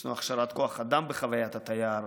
יש לנו הכשרת כוח אדם בחוויית התייר: